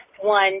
one